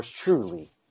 truly